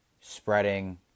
spreading